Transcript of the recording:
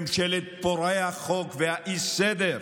ממשלת פורעי החוק והאי-סדר,